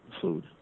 food